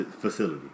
facility